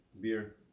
beer